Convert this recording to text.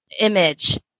image